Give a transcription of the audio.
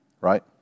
right